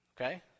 okay